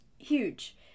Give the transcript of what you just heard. huge